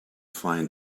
find